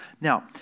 Now